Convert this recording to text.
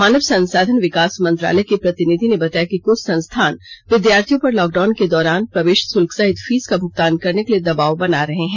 मानव संसाधन विकास मंत्रालय के प्रतिनिधि ने बताया कि कृछ संस्थान विद्यार्थियों पर लॉकडाउन के दौरान प्रवेश शुल्क सहित फीस का भुगतान करने के लिए दबाव बना रहे हैं